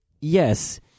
yes